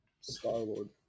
Star-Lord